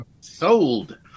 Sold